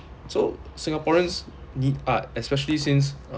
so singaporeans need art especially since